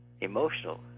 emotional